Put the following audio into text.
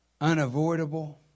unavoidable